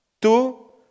two